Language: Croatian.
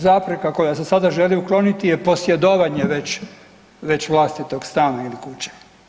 Zapreka koja se sada želi ukloniti je posjedovanje već vlastitog stana ili kuće.